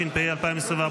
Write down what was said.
התשפ"ה 2024,